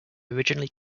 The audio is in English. originally